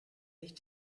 sich